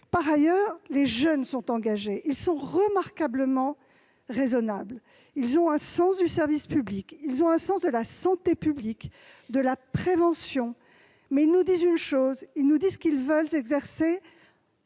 Par ailleurs, les jeunes sont engagés. Ils sont remarquablement raisonnables. Ils ont un sens du service public. Ils ont un sens de la santé publique et de la prévention. Mais ils nous disent qu'ils veulent exercer